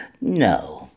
No